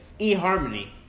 eHarmony